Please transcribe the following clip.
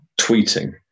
tweeting